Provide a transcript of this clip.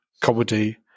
comedy